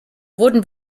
wurde